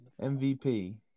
MVP